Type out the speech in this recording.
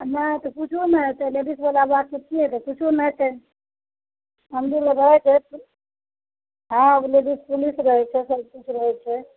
नहि तऽ कुछो नहि हेतय लेडीसवला बात छियै तऽ की हेतय किछो नहि हेतय हम हाँ लेडीस पुलिस रहय छै सभकिछु रहय छै